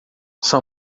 sua